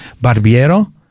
Barbiero